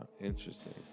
Interesting